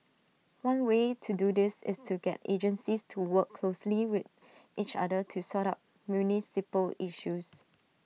one way to do this is to get agencies to work closely with each other to sort out municipal issues